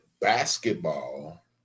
basketball